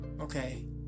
okay